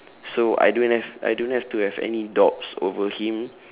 so I don't have I don't have to have any over him